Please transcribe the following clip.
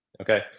okay